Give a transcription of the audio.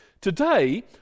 Today